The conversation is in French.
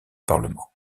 parlement